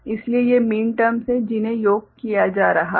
इसलिए ये mean terms हैं जिन्हें योग किया जा रहा है